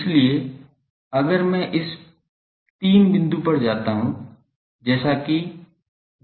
इसलिए अगर मैं इस 3 बिंदु तक जाता हूं जैसे कि 075 pi